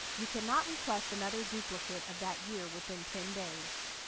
you cannot request another duplicate of that year within ten days.